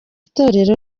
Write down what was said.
itorero